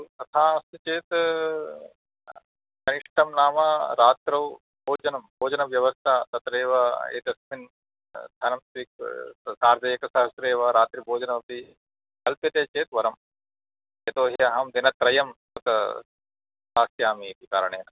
अस्तु तथा अस्ति चेत् कनिष्टं नाम रात्रौ भोजनं भोजनव्यवस्था तत्रैव एतस्मिन् धनं स्वीकृ सार्धंएकसहस्रेव रात्रिभोजनमपि कल्प्यते चेत् वरं यतोऽहि अहम् दिनत्रयं तत् स्थास्यामि इति कारणेन